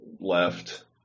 left